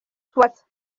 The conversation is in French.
soit